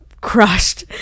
crushed